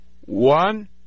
one